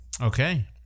Okay